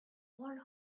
one